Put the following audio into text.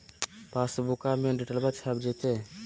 पासबुका में डिटेल्बा छप जयते?